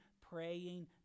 praying